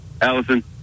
Allison